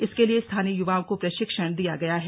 इसके लिए स्थानीय युवाओं को प्रशिक्षण दिया गया है